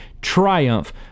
triumph